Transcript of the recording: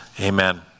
Amen